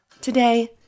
Today